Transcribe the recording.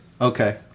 Okay